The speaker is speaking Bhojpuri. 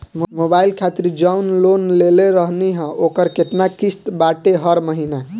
मोबाइल खातिर जाऊन लोन लेले रहनी ह ओकर केतना किश्त बाटे हर महिना?